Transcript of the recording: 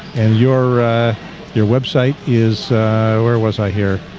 and your your website is where was i hear?